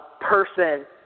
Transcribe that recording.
person